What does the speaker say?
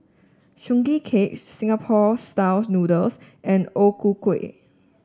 Sugee Cake Singapore style noodles and O Ku Kueh